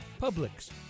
Publix